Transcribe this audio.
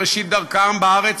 בראשית דרכם בארץ,